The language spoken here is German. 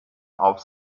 auf